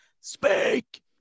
speak